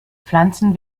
pflanzen